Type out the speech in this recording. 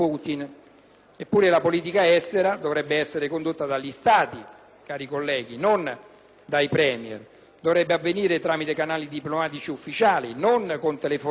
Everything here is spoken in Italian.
Eppure la politica estera dovrebbe essere condotta dagli Stati, cari colleghi, non dai premier; dovrebbe avvenire tramite canali diplomatici ufficiali, non con telefonate